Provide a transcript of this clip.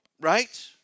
Right